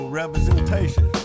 representation